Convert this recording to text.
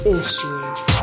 issues